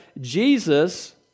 Jesus